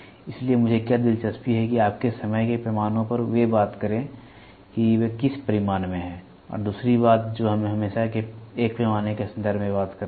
इसलिए मुझे क्या दिलचस्पी है कि आपके समय के पैमानों पर वे बात करें कि वे किस परिमाण में हैं और दूसरी बात जो हम हमेशा एक पैमाने के संदर्भ में बात करते हैं